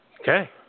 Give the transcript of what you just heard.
Okay